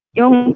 yung